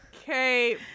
Okay